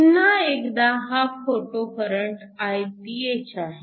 पुन्हा एकदा हा फोटो करंट Iph आहे